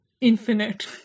Infinite